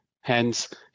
Hence